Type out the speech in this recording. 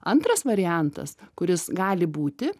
antras variantas kuris gali būti